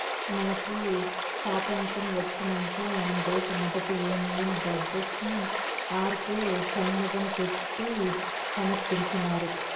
మనకి సాతంత్రం ఒచ్చినంక దేశ మొదటి యూనియన్ బడ్జెట్ ను ఆర్కే షన్మగం పెట్టి సమర్పించినారు